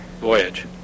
voyage